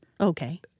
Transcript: Okay